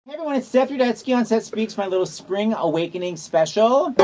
everyone. it's seth rudetsky on seth speaks, my little spring awakening special.